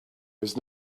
was